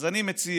אז אני מציע,